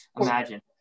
imagine